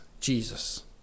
Jesus